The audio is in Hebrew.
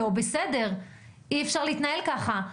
אי אפשר להתנהל ככה.